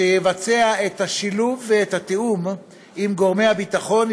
שיבצע את השילוב ואת התיאום עם גורמי הביטחון,